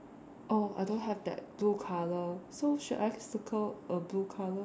oh I don't have that blue colour so should I circle a blue colour